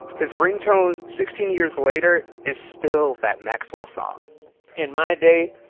his ringtone sixteen years later is still that maxwell song in my day,